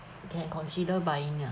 you can consider buying ah